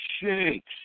shakes